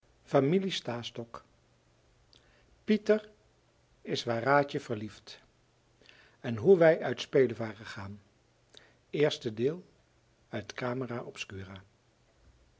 bed pieter is waaratje verliefd en hoe wij uit spelevaren gaan